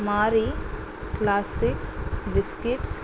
marie classic biscuits